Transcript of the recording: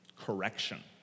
correction